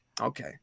Okay